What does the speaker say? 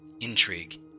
intrigue